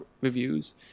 reviews